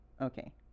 Okay